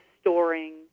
storing